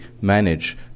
manage